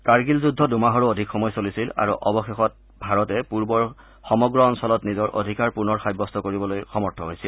কাৰ্গিল যুদ্ধ দুমাহৰো অধিক সময় চলিছিল আৰু অৱশেষত ভাৰতে পূৰ্বৰ সমগ্ৰ অঞ্চলত নিজৰ অধিকাৰ পুনৰ সাব্যস্ত কৰিবলৈ সমৰ্থ হৈছিল